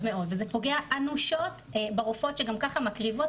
וזה פוגע אנושות ברופאות שגם ככה מקריבות